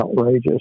outrageous